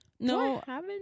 no